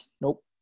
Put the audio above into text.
Nope